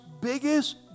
biggest